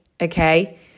okay